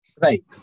Right